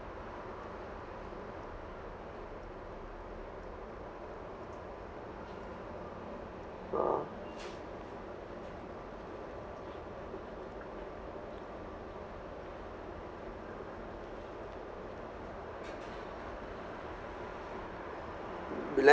uh left